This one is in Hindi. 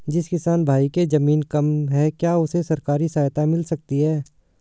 जिस किसान भाई के ज़मीन कम है क्या उसे सरकारी सहायता मिल सकती है?